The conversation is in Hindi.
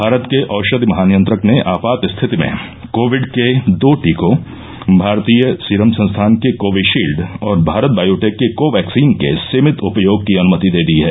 भारत के औषधि महानियंत्रक ने आपात स्थिति में कोविड के दो टीकों भारतीय सीरम संस्थान के कोविशील्ड और भारत बायोटेक के कोवैक्सीन के सीमित उपयोग की अनुमति दे दी है